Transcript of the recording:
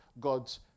God's